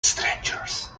strangers